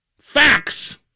facts